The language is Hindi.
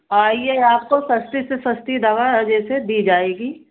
आइए आपको सस्ती से सस्ती दवा जैसे दी जाएगी